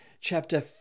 chapter